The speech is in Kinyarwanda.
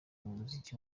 umuziki